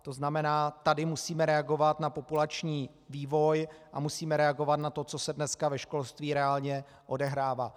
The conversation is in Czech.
To znamená, tady musíme reagovat na populační vývoj a musíme reagovat na to, co se dneska ve školství reálně odehrává.